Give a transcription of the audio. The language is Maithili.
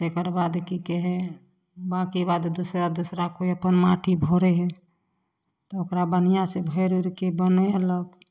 तकर बाद कि कहै हइ बाँकि बाद दोसरा दोसरा कोइ अपन माटी भरै हइ तऽ ओकरा बढ़िआँसे भरि उरिके बनेलक